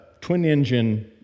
twin-engine